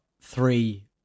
three